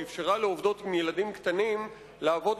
שאפשרה לעובדות עם ילדים קטנים לעבוד